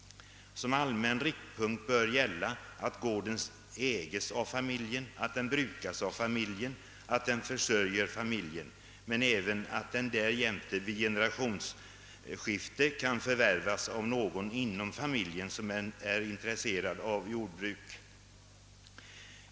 Som allmän riktpunkt bör gälla att gården ägs av familjen, att den brukas av familjen, att den försörjer familjen och att den därjämte vid generationsskifte kan förvärvas av någon inom familjen som är intresserad av jordbruk.